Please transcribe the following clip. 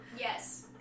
yes